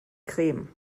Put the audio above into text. creme